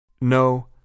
No